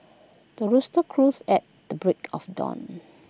the rooster crows at the break of dawn